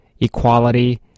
equality